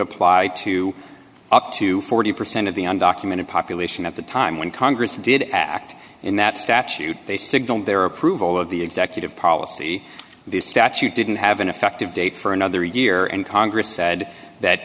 apply to up to forty percent of the undocumented population at the time when congress did act in that statute they signaled their approval of the executive policy the statute didn't have an effective date for another year and congress said that